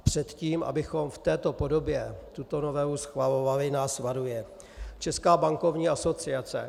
Před tím, abychom v této podobě tuto novelu schvalovali, nás varuje Česká bankovní asociace.